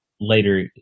later